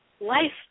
life